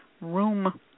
room